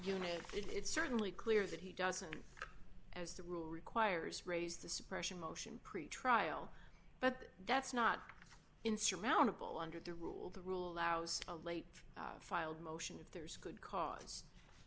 know it's certainly clear that he doesn't as the rule requires raise the suppression motion pretrial but that's not insurmountable under the rule the rule oust a late filed motion if there's good ca